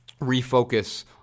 refocus